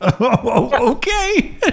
okay